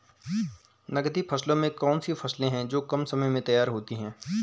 नकदी फसलों में कौन सी फसलें है जो कम समय में तैयार होती हैं?